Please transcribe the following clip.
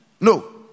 No